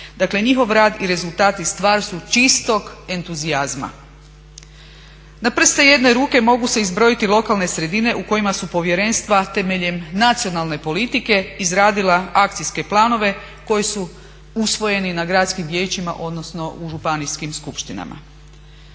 Dakle njihov rad i rezultati stvar su čistog entuzijazma. Na prste jedne ruke mogu se izbrojiti lokalne sredine u kojima su povjerenstva temeljem nacionalne politike izradila akcijske planove koji su usvojeni na gradskim vijećima odnosno u županijskim skupštinama.